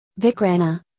Vikrana